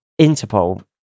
Interpol